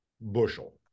bushel